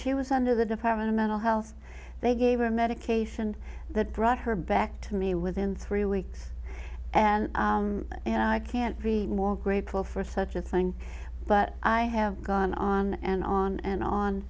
she was under the department of mental health they gave her medication that brought her back to me within three weeks and i can't be more grateful for such a thing but i have gone on and on and on